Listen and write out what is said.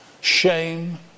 Shame